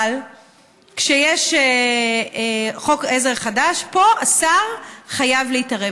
אבל כשיש חוק עזר חדש, פה השר חייב להתערב.